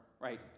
right